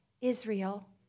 Israel